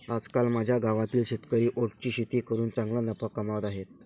आजकाल माझ्या गावातील शेतकरी ओट्सची शेती करून चांगला नफा कमावत आहेत